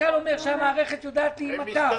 המנכ"ל אומר שהמערכת יודעת להימתח.